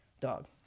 Dog